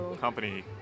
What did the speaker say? company